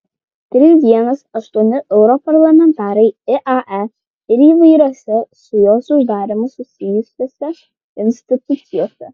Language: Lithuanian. tris dienas aštuoni europarlamentarai iae ir įvairiose su jos uždarymu susijusiose institucijose